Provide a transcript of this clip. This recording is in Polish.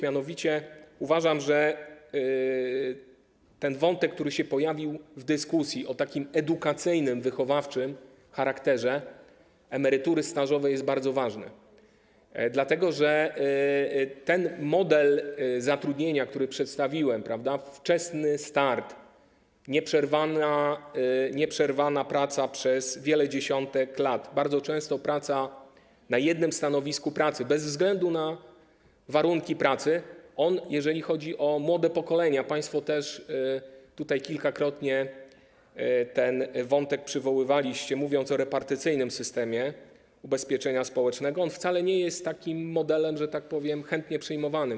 Mianowicie uważam, że ten wątek, który się pojawił w dyskusji, o edukacyjnym, wychowawczym charakterze emerytury stażowej jest bardzo ważny, dlatego że model zatrudnienia, który przedstawiłem: wczesny start, nieprzerwana praca przez wiele dziesiątek lat, bardzo często praca na jednym stanowisku pracy bez względu na warunki pracy, jeżeli chodzi o młode pokolenia - państwo też tutaj kilkakrotnie ten wątek przywoływaliście, mówiąc o repartycyjnym systemie ubezpieczenia społecznego - wcale nie jest, że tak powiem, chętnie przyjmowany.